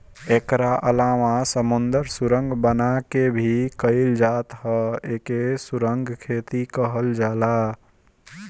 एकरा अलावा समुंदर सुरंग बना के भी कईल जात ह एके सुरंग खेती कहल जाला